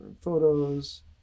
photos